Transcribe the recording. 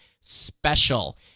Special